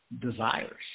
desires